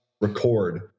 record